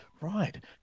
Right